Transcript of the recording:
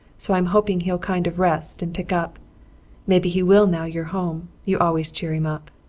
so i'm hoping he'll kind of rest and pick up maybe he will now you're home. you always cheer him up.